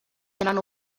tenen